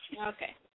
Okay